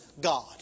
God